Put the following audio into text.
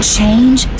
Change